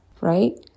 right